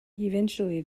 eventually